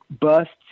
busts